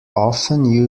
often